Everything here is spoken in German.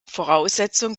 voraussetzung